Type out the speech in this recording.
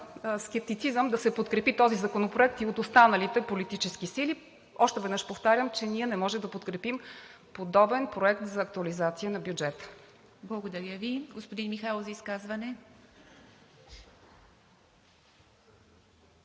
скептицизъм да се подкрепи този законопроект и от останалите политически сили. Още веднъж повтарям, че ние не можем да подкрепим подобен Проект за актуализация на бюджета. ПРЕДСЕДАТЕЛ ИВА МИТЕВА: Благодаря Ви. Господин Михайлов – за изказване.